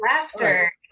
Laughter